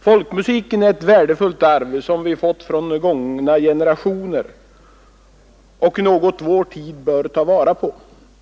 Folkmusiken är ett värdefullt arv, som vi fått ifrån gångna generationer och något vår tid bör ta vara på.